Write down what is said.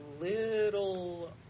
little